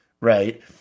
right